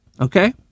Okay